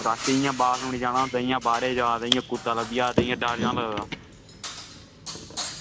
रातीं इ'यां बाथरूम निं जाना होंदा बाह्रै जा ते इ'यां कुत्ता लब्भी जा ते इं'या डर जन लगदा